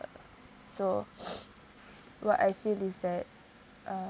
so what I feel is that uh